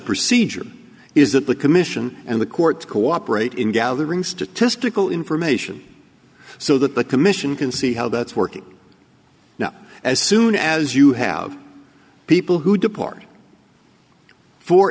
procedure is that the commission and the court cooperate in gathering statistical information so that the commission can see how that's working now as soon as you have people who depart for